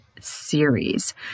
Series